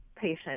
patient